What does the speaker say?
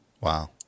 Wow